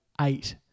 eight